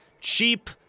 Cheap